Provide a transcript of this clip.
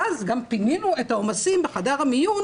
ואז גם פינינו את העומסים בחדר המיון